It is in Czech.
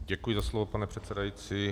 Děkuji za slovo, pane předsedající.